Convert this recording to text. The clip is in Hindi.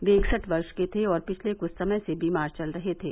वह इकसठ वर्ष के थे और पिछले कुछ समय से बीमार चल रहे थे